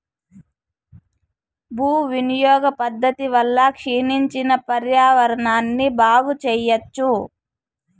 భూ వినియోగ పద్ధతి వల్ల క్షీణించిన పర్యావరణాన్ని బాగు చెయ్యచ్చు